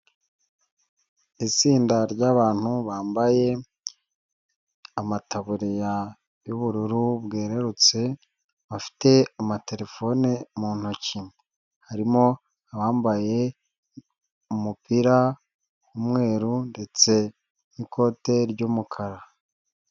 Itsinda ry'abantu bambaye amataburiya y'ubururu bwerurutse bafite amaterefone mu ntoki harimo abambaye umupira w'umweru ndetse n'ikote ry'umukara.